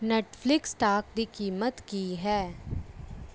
Netflix stock ਦੀ ਕੀਮਤ ਕੀ ਹੈ